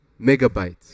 megabytes